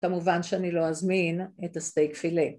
כמובן שאני לא אזמין את הסטייק פילה